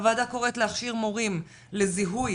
הוועדה קוראת להכשיר מורים לזיהוי,